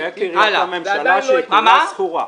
בקריית הממשלה שכולה שכורה.